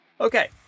Okay